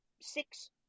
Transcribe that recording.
six